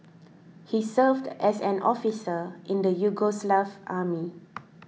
he served as an officer in the Yugoslav army